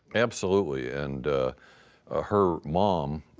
absolutely. and ah her mom,